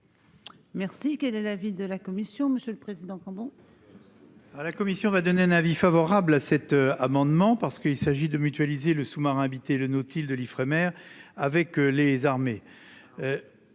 Merci. Quel est l'avis de la commission, monsieur le président. Bon. À la Commission va donner un avis favorable à cet amendement parce qu'il s'agit de mutualiser le sous-marin habité le Nautile de l'Ifremer, avec les armées.